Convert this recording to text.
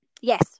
Yes